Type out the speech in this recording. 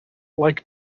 like